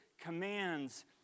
commands